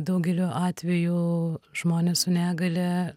daugeliu atvejų žmonės su negalia